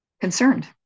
concerned